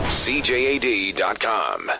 CJAD.com